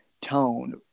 tone